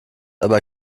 aber